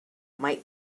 might